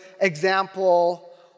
example